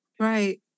right